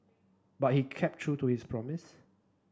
but he kept true to his promise